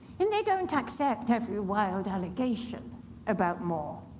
and they don't accept every wild allegation about more,